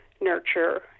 nurture